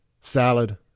salad